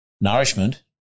nourishment